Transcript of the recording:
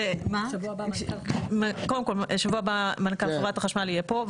--- בשבוע הבא מנכ"ל חברת החשמל יהיה פה.